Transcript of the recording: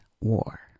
war